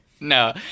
No